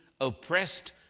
oppressed